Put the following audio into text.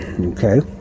okay